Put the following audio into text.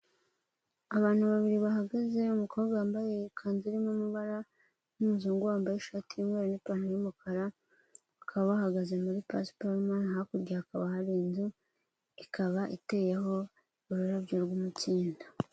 Abantu babiri bahagaze umukobwa wambaye ikanzu irimo amabara n'umuzungu wambaye ishati y'umweru n'ipantaro y'umukara, bakaba bahagaze muri pasiparumu, hakurya hakaba hari inzu ikaba iteyeho ururabyo rw'umukindo.